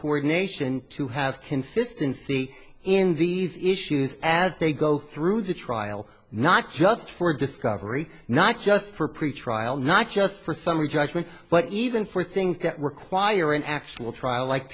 coordination to have consistency in these issues as they go through the trial not just for discovery not just for pretrial not just for summary judgment but even for things that require an actual trial like